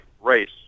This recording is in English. race